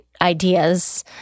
ideas